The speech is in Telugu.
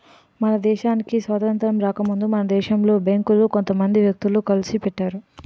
మన దేశానికి స్వాతంత్రం రాకముందే మన దేశంలో బేంకులు కొంత మంది వ్యక్తులు కలిసి పెట్టారు